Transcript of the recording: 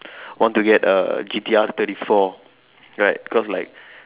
want to get a G_T_R thirty four right cause like